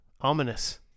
ominous